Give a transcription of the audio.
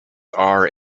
are